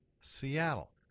Seattle